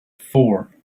four